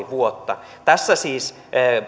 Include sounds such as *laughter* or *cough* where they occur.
*unintelligible* vuotta tässä siis